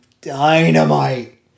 dynamite